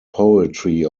poetry